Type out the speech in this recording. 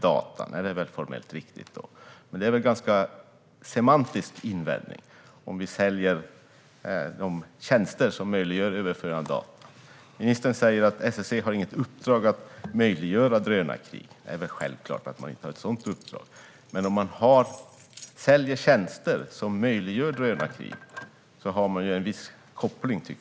Det är väl formellt riktigt, men det är en semantisk invändning om vi säljer de tjänster som möjliggör överföring av data. Ministern säger att SSC inte har något uppdrag som omfattar krigföring med hjälp av drönare. Det är väl självklart att man inte har något sådant uppdrag, men om man säljer tjänster som möjliggör drönarkrig finns en viss koppling.